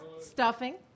stuffing